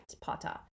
Potter